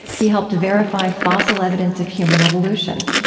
he helped verify fossil evidence of human evolution.